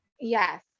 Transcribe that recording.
Yes